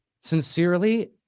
Sincerely